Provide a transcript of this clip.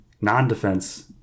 non-defense